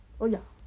oh ya